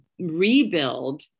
rebuild